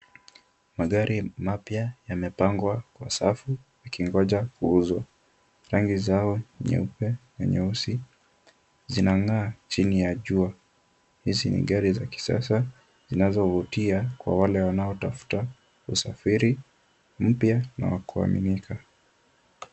Magari mapya yamepangwa kwa safu, yakingoja kuuzwa. Rangi zao nyeupe na nyeusi, zinang'aa chini ya jua. Hizi ni gari za kisasa, zinazovutia kwa wale wanaotafuta usafiri mpya na wakuaminika.